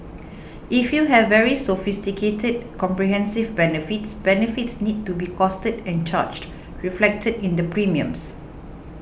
if you have very sophisticated comprehensive benefits benefits need to be costed and charged reflected in the premiums